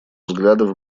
взглядов